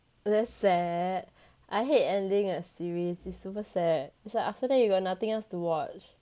that's sad I hate ending a series it's super sad it's like after that you got nothing else to watch